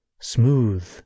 smooth